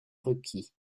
requis